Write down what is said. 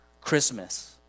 Christmas